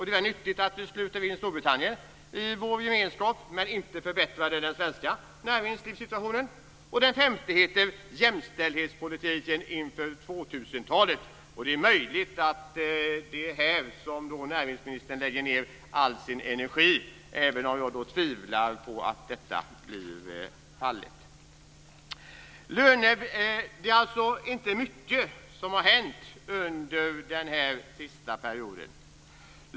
Det är nyttigt att vi innesluter Storbritannien i vår gemenskap, men inte förbättrar det den svenska näringslivssituationen. Den femte heter Jämställdhetspolitiken inför 2000-talet. Det är möjligt att det är här som näringsministern lägger ned all sin energi, även om jag tvivlar på att detta blir fallet. Det är alltså inte mycket som har hänt under den senaste perioden.